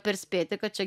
perspėti kad čia